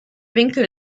winkel